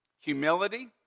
humility